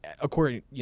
according